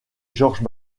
georges